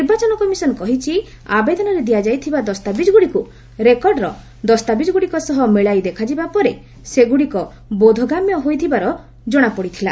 ନିର୍ବାଚନ କମିଶନ କହିଛି ଆବେଦନରେ ଦିଆଯାଇଥିବା ଦସ୍ତାବିଜ୍ଗୁଡ଼ିକୁ ରେକର୍ଡ଼ର ଦସ୍ତାବିଜ୍ଗୁଡ଼ିକ ସହ ମିଳାଇ ଦେଖାଯିବା ପରେ ସେଗୁଡ଼ିକ ବୋଧଗମ୍ୟ ହୋଇଥିବାର ଜଣାପଡ଼ିଥିଲା